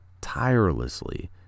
tirelessly